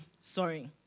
Sorry